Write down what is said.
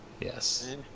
Yes